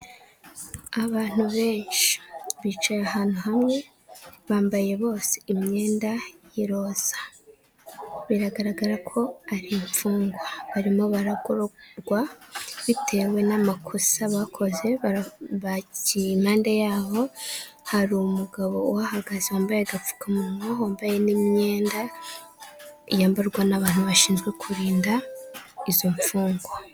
Abantu benshi; bicaye ahantu hamwe bambaye bose imyenda y' irosa, biragaragara ko ar' imfungwa barimo baragororwa bitewe n'amakosa bakoze, bakiye impande yabo harimu umugabo uhagaze wambaye agapfukamunwa wambaye n' imyenda iyambarwa n'abantu bashinzwe kurinda izo mfungwa.